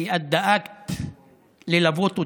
כי את דאגת ללוות אותם,